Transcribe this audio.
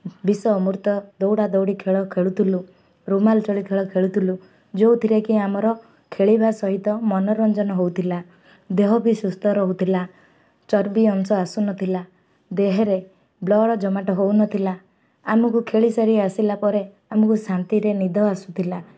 ବିଷ ଅମୃତ ଦୌଡ଼ା ଦୌଡ଼ି ଖେଳ ଖେଳୁଥିଲୁ ରୁମାଲ ଚୋରି ଖେଳ ଖେଳୁଥିଲୁ ଯେଉଁଥିରେକିି ଆମର ଖେଳିବା ସହିତ ମନୋରଞ୍ଜନ ହଉଥିଲା ଦେହ ବି ସୁସ୍ଥ ରହୁଥିଲା ଚର୍ବି ଅଂଶ ଆସୁନଥିଲା ଦେହରେ ବ୍ଲଡ଼ ଜୋମାଟୋ ହଉନଥିଲା ଆମକୁ ଖେଳିସାରି ଆସିଲା ପରେ ଆମକୁ ଶାନ୍ତିରେ ନିଦ ଆସୁଥିଲା